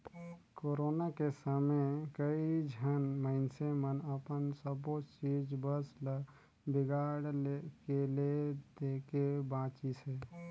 corona के समे कइझन मइनसे मन अपन सबो चीच बस ल बिगाड़ के ले देके बांचिसें